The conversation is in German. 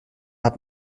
hat